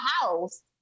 house